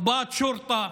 קציני משטרה?